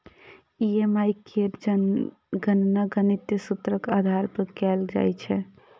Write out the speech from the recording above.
EMI केर गणना गणितीय सूत्रक आधार पर कैल जाइ छै